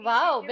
Wow